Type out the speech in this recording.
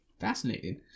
fascinating